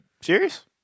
serious